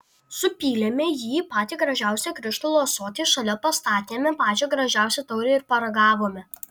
supylėme jį į patį gražiausią krištolo ąsotį šalia pastatėme pačią gražiausią taurę ir paragavome